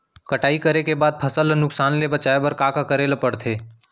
कटाई करे के बाद फसल ल नुकसान ले बचाये बर का का करे ल पड़थे?